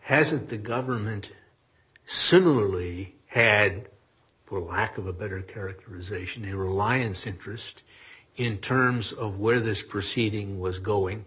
hasn't the government similarly had for lack of a better characterization here alliance interest in terms of where this proceeding was going